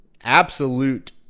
absolute